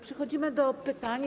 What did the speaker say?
Przechodzimy do pytań.